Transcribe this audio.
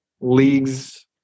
leagues